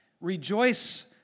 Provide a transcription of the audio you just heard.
Rejoice